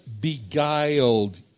beguiled